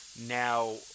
Now